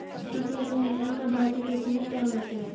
कृषि अभियंत्रण का भारतीय कृषि में क्या महत्व है?